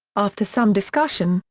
after some discussion,